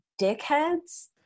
dickheads